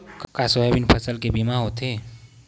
का सोयाबीन फसल के बीमा होथे?